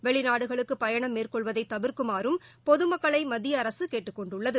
வெளிநாடுகளுக்குபயணம் மேற்கொள்வதைதவிர்க்குமாறும் பொதுமக்களைமத்தியஅரசுகேட்டுக் கொண்டுள்ளது